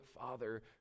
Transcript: Father